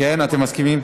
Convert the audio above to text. כן, אתם מסכימים?